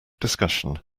discussion